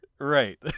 Right